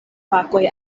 fakoj